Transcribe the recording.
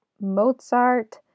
Mozart